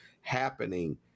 happening